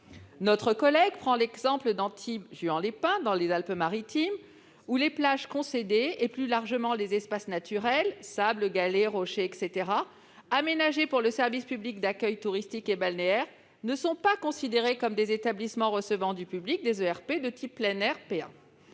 Par ailleurs, à Antibes Juan-les-Pins, dans les Alpes-Maritimes, les plages concédées et, plus largement, les espaces naturels- sable, galets, ou encore rochers -aménagés pour le service public d'accueil touristique et balnéaire ne sont pas considérés comme des établissements recevant du public, des ERP, de type « plein air ».